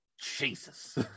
jesus